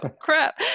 crap